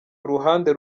uruhande